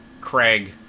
Craig